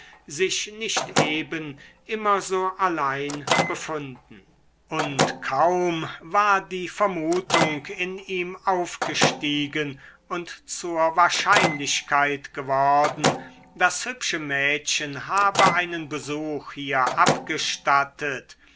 sich nicht eben immer so allein befunden und kaum war die vermutung in ihm aufgestiegen und zur wahrscheinlichkeit geworden das hübsche mädchen habe einen besuch hier abgestattet